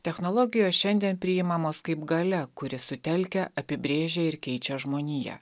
technologijos šiandien priimamos kaip galia kuri sutelkia apibrėžia ir keičia žmoniją